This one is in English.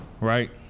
Right